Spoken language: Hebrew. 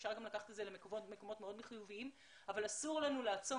אפשר לקחת את זה למקומות מאוד חיוביים אבל אסור לנו לעצום